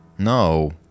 No